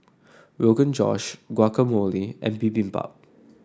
Rogan Josh Guacamole and Bibimbap